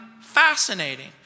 fascinating